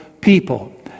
people